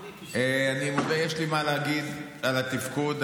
יש לי מה להגיד על התפקוד,